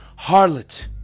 harlot